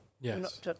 Yes